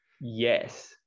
Yes